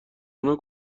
آنها